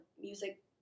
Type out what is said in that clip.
music